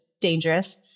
dangerous